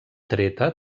treta